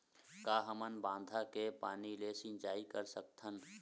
का हमन बांधा के पानी ले सिंचाई कर सकथन?